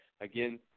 Again